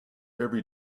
every